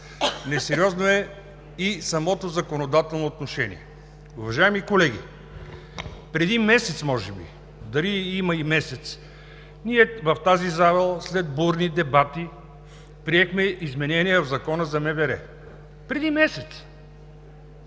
несериозно е и самото законодателно отношение. Уважаеми колеги, преди месец може би – дали има и месец, ние в тази зала след бурни дебати приехме изменение в Закона за МВР. Преди месец!